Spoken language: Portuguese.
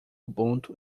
ubuntu